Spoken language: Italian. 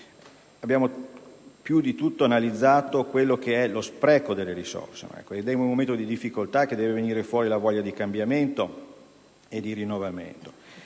forse più di tutto abbiamo analizzato lo spreco delle risorse, ed è nel momento di difficoltà che deve venire fuori la voglia di cambiamento e di rinnovamento.